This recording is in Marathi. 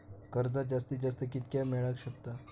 कर्ज जास्तीत जास्त कितक्या मेळाक शकता?